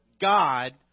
God